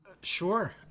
Sure